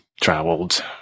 traveled